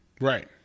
Right